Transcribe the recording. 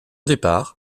départ